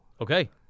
Okay